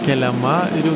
keliama ir jau